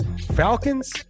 Falcons